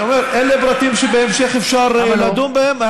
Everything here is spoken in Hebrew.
אני אומר, אלה פרטים שבהמשך אפשר יהיה לדון בהם.